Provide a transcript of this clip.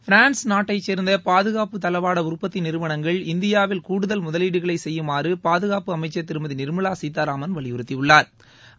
France நாட்டைச்சேர்ந்த பாதுகாப்பு தளவாட உற்பத்தி நிறுவனங்கள் இந்தியாவில் கூடுதல் முதலீடுகளை செய்யுமாறு பாதுகா்பபு அமைச்சா் திருமதி நிா்மலா சீதாராமன் வலியுறுத்தியுள்ளாா்